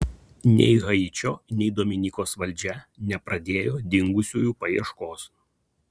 nei haičio nei dominikos valdžia nepradėjo dingusiųjų paieškos